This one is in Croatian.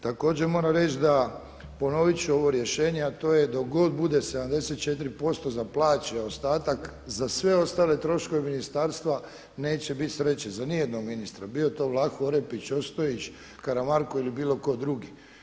Također moram reći ponovit ću ovo rješenje, a to je dok bude 74% za plaće, ostatak za sve ostale troškove ministarstva neće bit sreće za ni jednog ministra bio to Vlaho Orepić, Ostojić, Karamarko ili bilo tko drugi.